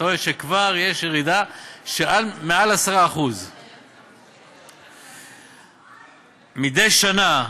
אתה רואה שכבר יש ירידה של מעל 10%. מדי שנה,